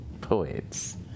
poets